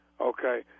Okay